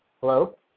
Hello